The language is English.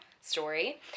story